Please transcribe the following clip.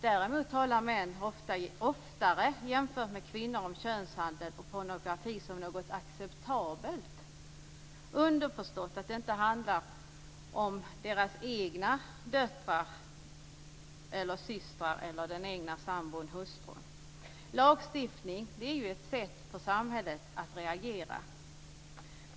Däremot talar män oftare än kvinnor om könshandel och pornografi som något acceptabelt - underförstått att det inte handlar om deras egna döttrar eller systrar eller den egna sambon/hustrun. Lagstiftning är ett sätt för samhället att reagera.